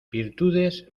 virtudes